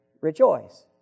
rejoice